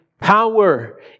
power